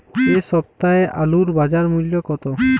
এ সপ্তাহের আলুর বাজার মূল্য কত?